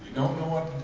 don't know what